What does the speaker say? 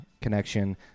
connection